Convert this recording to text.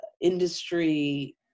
industry